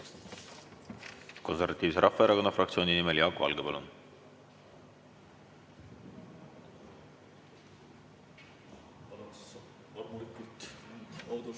Konservatiivse Rahvaerakonna fraktsiooni nimel Jaak Valge. Palun!